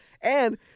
and-